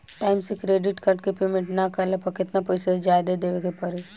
Time से credit card के payment ना कैला पर केतना पईसा जादे देवे के पड़ी?